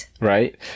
right